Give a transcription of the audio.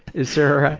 is there, ah,